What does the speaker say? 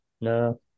No